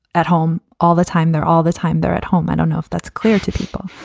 at home all the time. they're all the time. they're at home. i don't know if that's clear to people.